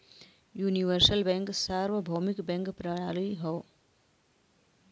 universal bank सार्वभौमिक bank प्रणाली हौ